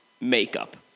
makeup